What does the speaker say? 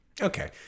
Okay